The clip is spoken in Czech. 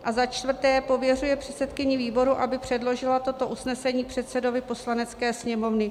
A za čtvrté pověřuje předsedkyni výboru, aby předložila toto usnesení předsedovi Poslanecké sněmovny.